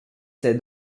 sait